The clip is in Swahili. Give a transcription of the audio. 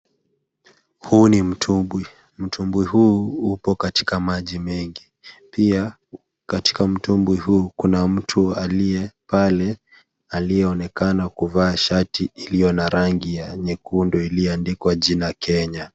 Huu ni mtumbwi. Mtumbwi huu upo katika maji mengi. Pia katika mtumbwi huu, kuna mtu alieye pale, aliyeonekana kuvaa shati ilio na rangia nyekundu iliyoandikwa jina Kenya.